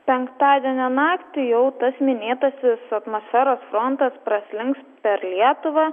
penktadienio naktį jau tas minėtasis atmosferos frontas praslinks per lietuvą